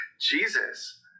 Jesus